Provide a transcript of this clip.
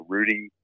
Rudy